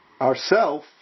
ourself